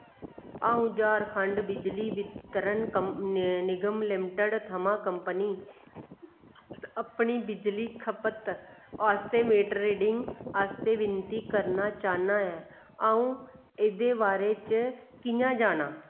अ'ऊं झारखंड बिजली वितरण निगम लिमिटड थमां कंपनी अपनी बिजली खपत आस्तै मीटर रीडिंग आस्तै विनती करना चाह्न्नां ऐ अ'ऊं एह्दे बारे च कि'यां जान्नां